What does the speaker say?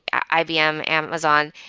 ibm, amazon,